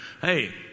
Hey